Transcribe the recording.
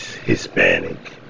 Hispanic